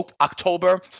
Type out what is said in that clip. October